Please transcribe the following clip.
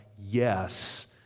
yes